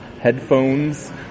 headphones